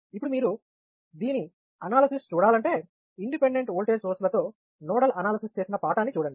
ఇప్పుడు మీరు దీని అనాలిసిస్ చూడాలంటే ఇండిపెండెంట్ ఓల్టేజ్ సోర్స్ లతో నోడల్ అనాలసిస్ చేసిన పాఠాన్ని చూడండి